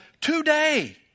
today